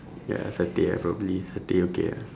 ya satay ah probably satay okay ah